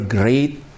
great